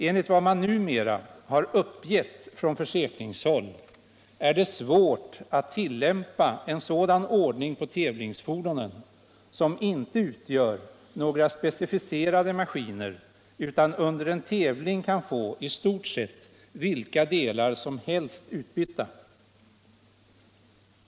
Enligt vad man numera har uppgett från försäkringshåll är det svårt att tillämpa en sådan ordning på tävlingsfordonen, som inte utgör några specificerade maskiner utan under en tävling kan få i stort sett vilka delar som helst utbytta.